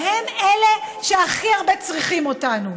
והם אלה שהכי הרבה צריכים אותנו,